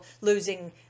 losing